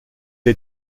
est